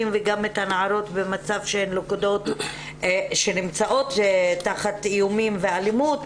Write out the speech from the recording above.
וגם את הנערות במצב שהן נמצאות תחת איומים ואלימות,